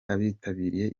abitabiriye